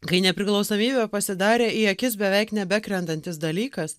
kai nepriklausomybė pasidarė į akis beveik nebekrentantis dalykas